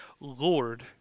Lord